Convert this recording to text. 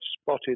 spotted